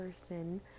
person